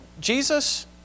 Jesus